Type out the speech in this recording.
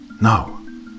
No